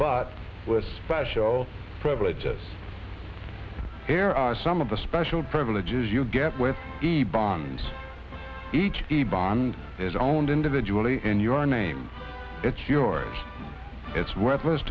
but with special privileges here are some of the special privileges you get with the bonds each a bond is owned individually in your name it's yours it's worthless